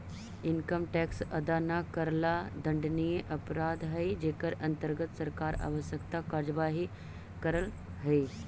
income tax अदा न करला दंडनीय अपराध हई जेकर अंतर्गत सरकार आवश्यक कार्यवाही करऽ हई